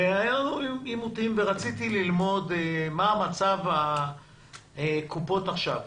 היו לנו עימותים ורציתי ללמוד מה מצב הקופות עכשיו.